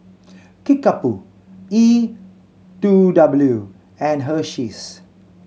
Kickapoo E Two W and Hersheys